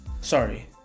Sorry